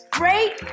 great